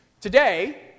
Today